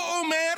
הוא אומר